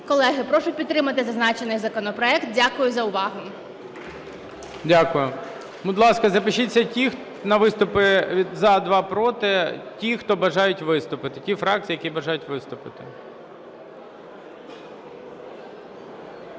Колеги, прошу підтримати зазначений законопроект. Дякую за увагу. ГОЛОВУЮЧИЙ. Дякую. Будь ласка, запишіться: два - за, два – проти, ті хто бажають виступити, ті фракції, які бажають виступити.